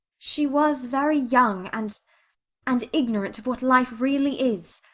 she was very young, and and ignorant of what life really is.